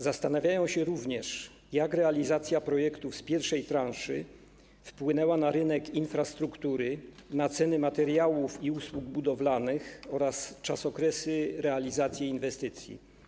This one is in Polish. Zastanawiają się również, jak realizacja projektów z pierwszej transzy wpłynęła na rynek infrastruktury, na ceny materiałów i usług budowlanych oraz czas realizacji inwestycji.